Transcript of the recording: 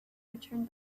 returned